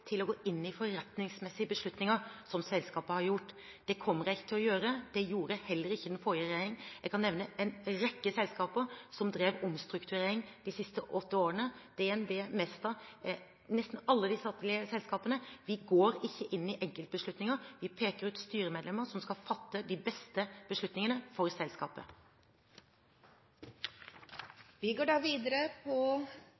til å gå inn i forretningsmessige beslutninger som selskapet har gjort. Det kommer jeg ikke til å gjøre. Det gjorde heller ikke den forrige regjeringen. Jeg kan nevne en rekke selskaper som drev omstrukturering de siste åtte årene: DNB, Mesta – og nesten alle de statlige selskapene. Vi går ikke inn i enkeltbeslutninger. Vi peker ut styremedlemmer som skal fatte de beste beslutningene for selskapet.